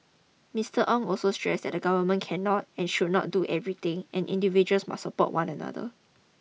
Mister Ong also stressed that the Government cannot and should not do everything and individuals must support one another